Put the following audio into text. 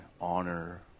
honor